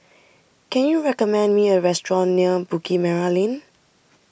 can you recommend me a restaurant near Bukit Merah Lane